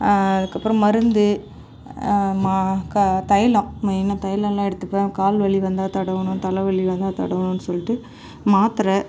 அதுக்கு அப்புறம் மருந்து ம க தைலம் மெயினாக தைலம்லாம் எடுத்துப்பேன் கால் வலி வந்தால் தடவணும் தலைவலி வந்தால் தடவணும்னு சொல்லிட்டு மாத்திரை